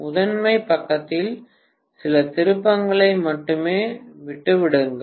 முதன்மை பக்கத்தில் சில திருப்பங்களை மட்டுமே விட்டு விடுங்கள்